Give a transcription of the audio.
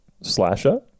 slasher